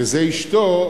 שזה אשתו,